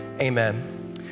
amen